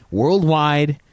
worldwide